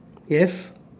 yes